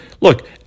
look